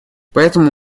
поэтому